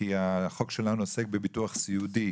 כי החוק שלנו עוסק בביטוח סיעודי